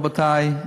רבותי,